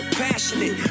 passionate